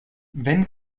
wenn